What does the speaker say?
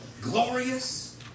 glorious